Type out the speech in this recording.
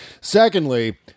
secondly